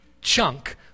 chunk